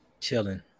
chilling